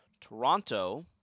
Toronto